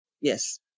Yes